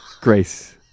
Grace